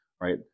right